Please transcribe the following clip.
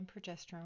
progesterone